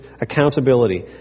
accountability